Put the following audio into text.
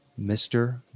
Mr